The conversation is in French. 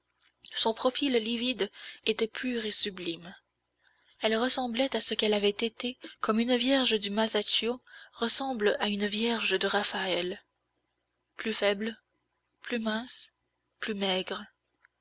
son profil livide était pur et sublime elle ressemblait à ce qu'elle avait été comme une vierge du masaccio ressemble à une vierge de raphaël plus faible plus mince plus maigre